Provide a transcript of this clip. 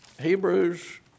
Hebrews